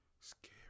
scary